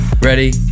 Ready